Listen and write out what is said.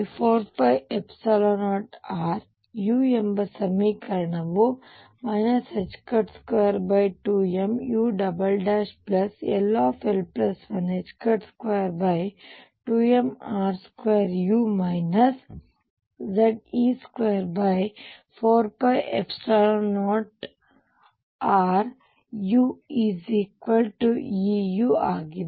u ಎಂಬ ಸಮಿಕರಣವು 22mull122mr2u Ze24π0ruEu ಆಗಿದೆ